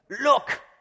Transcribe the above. Look